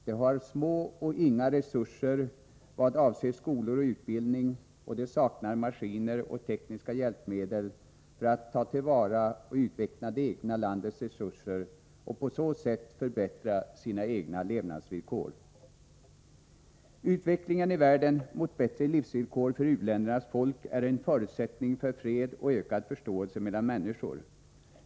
De har små eller inga resurser i vad avser skolor och utbildning, och de saknar maskiner och tekniska hjälpmedel för att ta till vara och utveckla det egna landets resurser för att på så sätt förbättra sina egna levnadsvillkor. Utvecklingen i världen mot bättre livsvillkor för u-ländernas folk är en förutsättning för fred och ökad förståelse mellan människor.